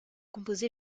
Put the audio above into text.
composé